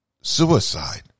suicide